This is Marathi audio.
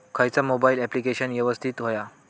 खयचा मोबाईल ऍप्लिकेशन यवस्तित होया?